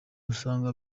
usanga